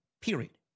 Period